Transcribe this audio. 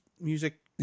music